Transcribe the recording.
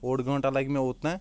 اوٚڈ گنٹہٕ لگہِ مےٚ اوٚت تام